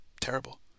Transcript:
Terrible